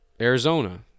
Arizona